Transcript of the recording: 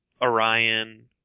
Orion